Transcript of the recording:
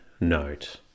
note